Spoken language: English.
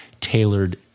tailored